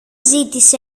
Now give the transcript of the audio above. ζήτησε